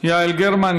יעל גרמן.